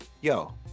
Yo